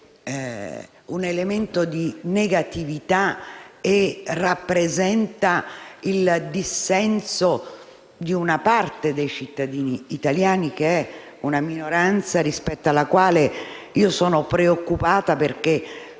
un elemento di negatività e rappresenta il dissenso di una parte dei cittadini italiani (che è una minoranza per la quale sono preoccupata)